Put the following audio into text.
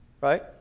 right